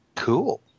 cool